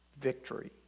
victory